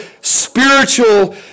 spiritual